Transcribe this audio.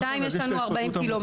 דבר שני, יש לנו 40 ק"מ.